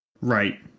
Right